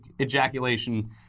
ejaculation